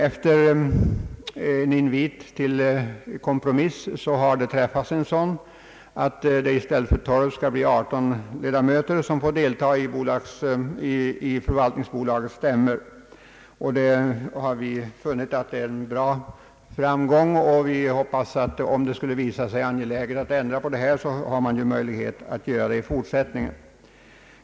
Efter en invit till kompromiss har en sådan träffats, innebärande att det i stället för 12 skall bli 18 ledamöter som får delta i förvaltningsbolagets stämmor. Det har vi funnit vara en godtagbar lösning för dagen. Om det skulle visa sig angeläget att ändra antalet finns möjlighet därtill i fortsättningen.